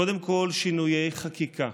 קודם כול, שינויי חקיקה.